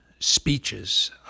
speeches